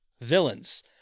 Villains